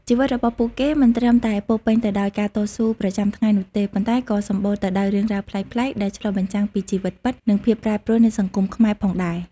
ជីវិតរបស់ពួកគេមិនត្រឹមតែពោរពេញទៅដោយការតស៊ូប្រចាំថ្ងៃនោះទេ ប៉ុន្តែក៏សម្បូរទៅដោយរឿងរ៉ាវប្លែកៗ ដែលឆ្លុះបញ្ចាំងពីជីវិតពិត និងភាពប្រែប្រួលនៃសង្គមខ្មែរផងដែរ។